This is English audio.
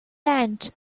end